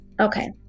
okay